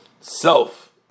self